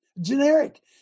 generic